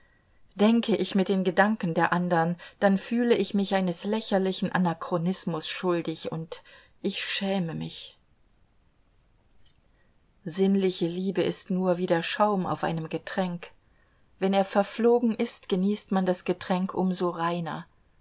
denke ich mit den gedanken der andern dann fühle ich mich eines lächerlichen anachronismus schuldig und ich schäme mich sinnliche liebe ist nur wie der schaum auf einem getränk wenn er verflogen ist genießt man das getränk um so reiner